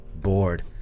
Bored